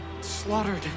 slaughtered